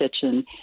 kitchen